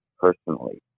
personally